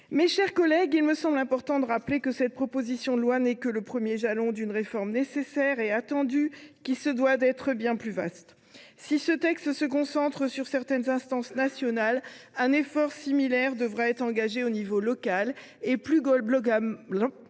Mes chers collègues, il me semble important de rappeler que cette proposition de loi n’est que le premier jalon d’une réforme nécessaire et attendue, qui se doit d’être bien plus vaste. Si ce texte se concentre sur certaines instances nationales, un effort similaire devra être engagé à l’échelon local. Plus globalement,